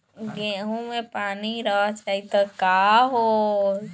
गेंहू मे पानी रह जाई त का होई?